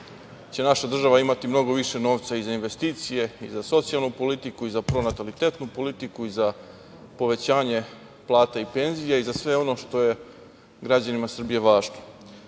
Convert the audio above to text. će naša država imati mnogo više novca i za investicije i za socijalnu politiku i za pronatalitetnu politiku i za povećanje plata i penzija i za sve ono što je građanima Srbije